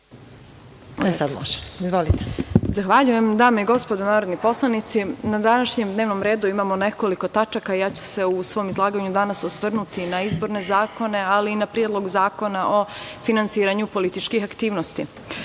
Kučević** Dame i gospodo narodni poslanici, na današnjem dnevnom redu imamo nekoliko tačaka. Ja ću se u svom izlaganju danas osvrnuti na izborne zakone, ali i na Predlog zakona o finansiranju političkih aktivnosti. Kao